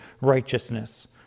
righteousness